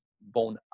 bone